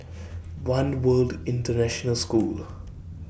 one World International School